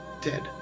dead